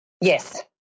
Yes